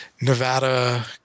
Nevada